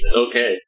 Okay